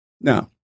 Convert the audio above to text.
Now